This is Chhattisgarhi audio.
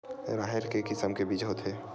राहेर के किसम के बीज होथे?